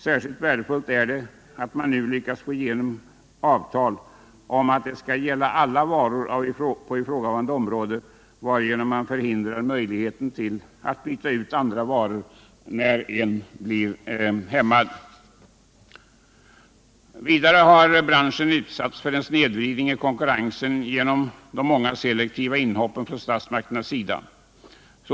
Särskilt värdefullt är det att man nu lyckats få igenom avtal om att det skall gälla alla varor inom ifrågavarande område, varigenom man tar bort möjligheten att byta till andra varor när en blir hämmad. Vidare har branschen utsatts för en snedvridning av konkurrensen genom de många selektiva inhoppen från statsmakternas sida.